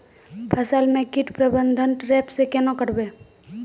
फसल म कीट प्रबंधन ट्रेप से केना करबै?